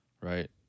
right